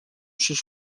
sus